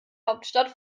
hauptstadt